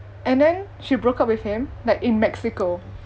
and then she broke up with him like in mexico